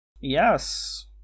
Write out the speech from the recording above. Yes